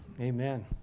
Amen